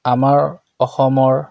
আমাৰ অসমৰ